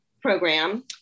program